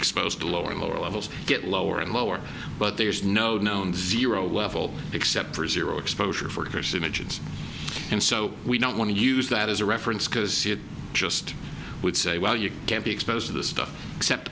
exposed to lower and lower levels get lower and lower but there's no known zero level except for zero exposure for the first images and so we don't want to use that as a reference because you just would say well you can't be exposed to this stuff except